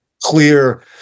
clear